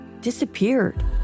disappeared